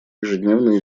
ежедневно